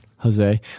Jose